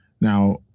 Now